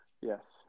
Yes